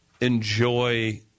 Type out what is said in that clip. enjoy